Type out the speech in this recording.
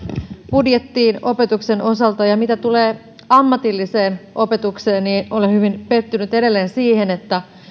budjettiin opetuksen osalta ja mitä tulee ammatilliseen opetukseen niin olen hyvin pettynyt edelleen siihen että